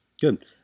good